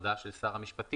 הודעה של שר המשפטים,